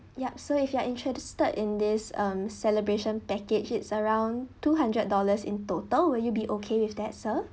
yup so if you are interested in this um celebration package it's around two hundred dollars in total will you be okay with that sir